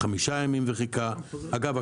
חמישה ימים וחיכה אגב,